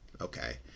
okay